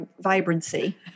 vibrancy